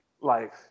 life